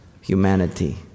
humanity